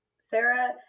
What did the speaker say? Sarah